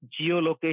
geolocation